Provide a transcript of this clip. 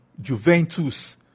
Juventus